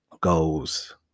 goals